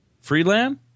Freeland